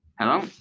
Hello